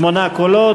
שמונה קולות.